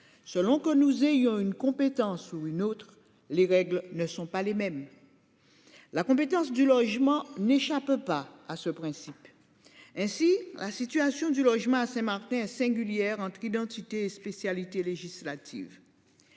Selon que nous ayons une compétence ou une autre, les règles ne sont pas les mêmes. La compétence du logement n'échappe pas à ce principe. Ainsi la situation du logement à assez Martin singulière entre identité spécialité législative.